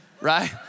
right